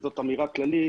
וזאת אמירה כללית,